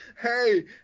Hey